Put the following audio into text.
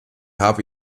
habe